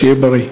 ושיהיה בריא.